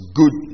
good